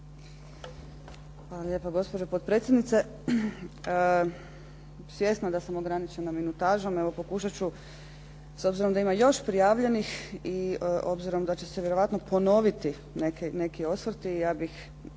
Hvala lijepa. Gospođo potpredsjednice. Svjesna da sam ograničena minutažom evo pokušat ću s obzirom da ima još prijavljenih i obzirom da će se vjerojatno ponoviti neki osvrti